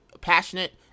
passionate